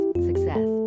success